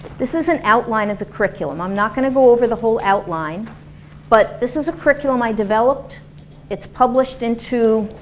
this is an outline of the curriculum i'm not gonna go over the whole outline but this is a curriculum i developed it's published into